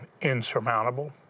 insurmountable